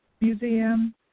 Museum